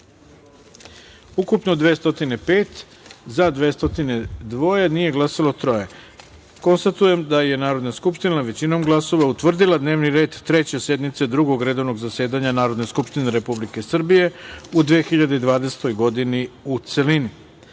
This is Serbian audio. poslanika, za – 202, nije glasalo – troje. Konstatujem da je Narodna skupština, većinom glasova, utvrdila dnevni red Treće sednice Drugog redovnog zasedanja Narodne skupštine Republike Srbije u 2020. godini, u celini.D